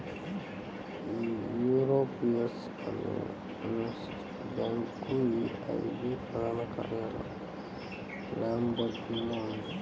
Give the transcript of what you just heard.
European investment bank EIB ప్రధాన కార్యాలయం లక్సెంబర్గ్లో ఉంది